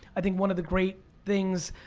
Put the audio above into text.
i think one of the great things